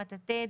מטאטא,